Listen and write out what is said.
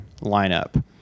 lineup